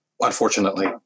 unfortunately